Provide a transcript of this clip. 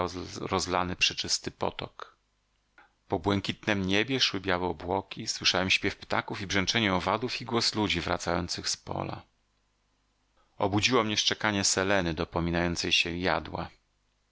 szemrał rozlany przeczysty potok po błękitnem niebie szły białe obłoki słyszałem śpiew ptaków i brzęczenie owadów i głos ludzi wracających z pola obudziło mnie szczekanie seleny dopominającej się jadła